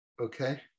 Okay